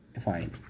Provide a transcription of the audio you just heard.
fine